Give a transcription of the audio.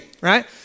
right